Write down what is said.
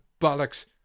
bollocks